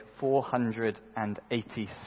486